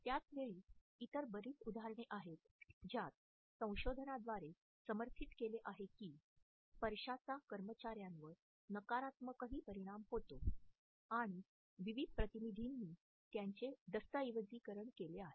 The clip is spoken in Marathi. त्याच वेळी इतर बरीच उदाहरणे आहेत ज्यात संशोधनाद्वारे समर्थित केले आहे की स्पर्शाचा कर्मचार्यांवर नकारात्मकही परिणाम होतो आणि विविध प्रतिनिधींनी त्यांचे दस्तऐवजीकरण केले आहे